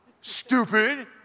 Stupid